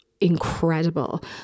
incredible